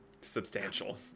Substantial